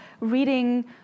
reading